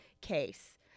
case